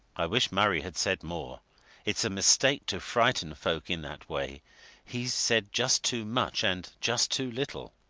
i wish murray had said more it's a mistake to frighten folk in that way he's said just too much and just too little.